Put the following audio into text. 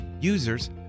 Users